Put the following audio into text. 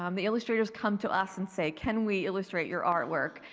um the illustrators come to us and say, can we illustrate your artwork?